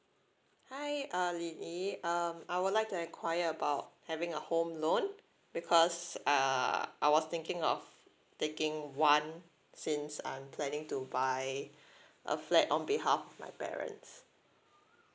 hi uh lily um I would like to inquire about having a home loan because uh I was thinking of taking one since I'm planning to buy a flat on behalf of my parents